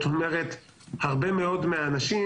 הרבה מאוד מהאנשים,